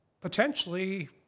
potentially